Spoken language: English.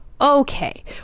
okay